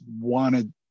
wanted